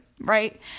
right